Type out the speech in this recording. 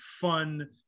fun